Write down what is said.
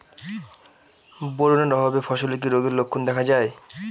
Boron এর অভাবে ফসলে কি রোগের লক্ষণ দেখা যায়?